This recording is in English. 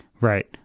Right